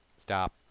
Stop